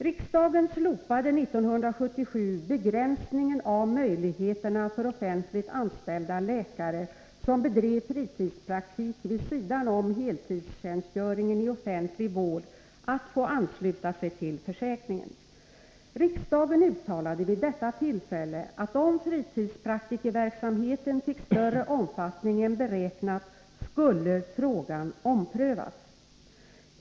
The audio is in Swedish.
Riksdagen slopade 1977 begränsningen av möjligheterna för offentligt anställda läkare som bedrev fritidspraktik vid sidan om heltidstjänstgöringen i offentlig vård att få ansluta sig till försäkringen. Riksdagen uttalade vid detta tillfälle att om fritidspraktikerverksamheten fick större omfattning än beräknat, skulle frågan omprövas.